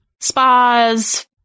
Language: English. spas